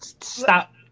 Stop